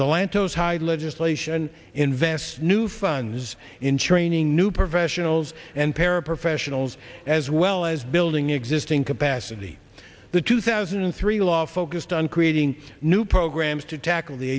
the lantos hyde legislation invests new funds in training new professionals and paraprofessionals as well as building existing capacity the two thousand and three law focused on creating new programs to tackle the